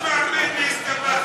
אסמע מני, הסתבכת.